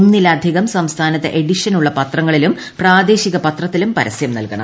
ഒന്നിലധികം സംസ്ഥാനത്ത് എഡിഷന്റുള്ള പത്രങ്ങളിലും പ്രാദേശിക പത്രത്തിലും പരസ്യം നൽകണം